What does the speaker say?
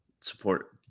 support